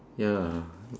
ya